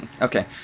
Okay